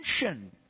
attention